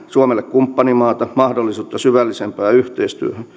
suomelle kumppanimaana mahdollisuutta syvällisempään yhteistyöhön